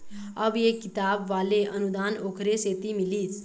अब ये किताब वाले अनुदान ओखरे सेती मिलिस